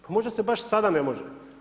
Pa možda se baš sada ne može.